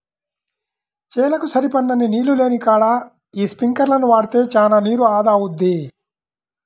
చేలకు సరిపడినన్ని నీళ్ళు లేనికాడ యీ స్పింకర్లను వాడితే చానా నీరు ఆదా అవుద్ది